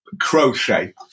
crochet